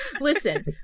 Listen